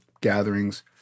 gatherings